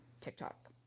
TikTok